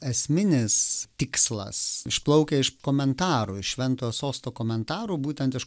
esminis tikslas išplaukia iš komentarų ir šventojo sosto komentarų būtent iš